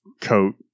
coat